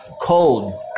Cold